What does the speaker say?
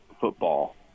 football